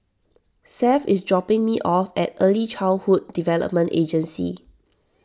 Seth is dropping me off at Early Childhood Development Agency